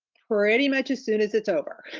pretty much as soon as it's over.